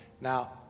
Now